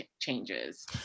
changes